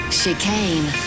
chicane